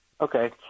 Okay